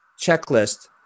checklist